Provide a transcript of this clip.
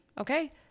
Okay